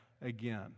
again